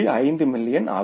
5 million ஆகும்